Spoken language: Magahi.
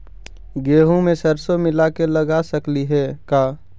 गेहूं मे सरसों मिला के लगा सकली हे का?